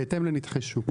בהתאם לנתחי שוק.